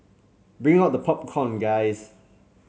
bring out the popcorn guys